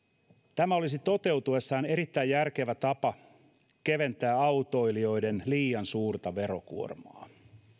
tämä olisi toteutuessaan erittäin järkevä tapa keventää autoilijoiden liian suurta verokuormaa